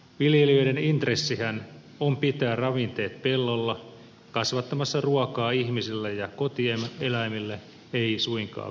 viljelijöiden intressihän on pitää ravinteet pellolla kasvattamassa ruokaa ihmisille ja kotieläimille ei suinkaan vesien kaloille